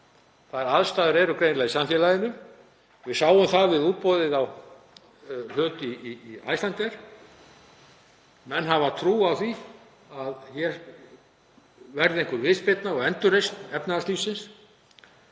Þær aðstæður eru greinilega í samfélaginu. Við sáum það við útboðið á hlut í Icelandair. Menn hafa trú á því að hér verði viðspyrna og endurreisn efnahagslífsins